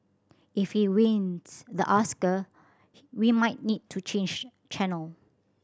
if he wins the Oscar we might need to change channel